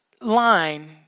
line